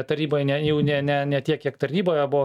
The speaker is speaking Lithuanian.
taryboje ne jau ne ne ne tiek kiek tarnyboje buvo